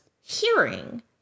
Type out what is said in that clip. hearing